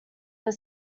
were